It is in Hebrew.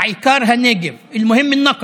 העיקר הנגב, אל-מוהם אל-נקב.